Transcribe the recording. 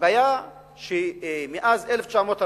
הבעיה שמאז 1948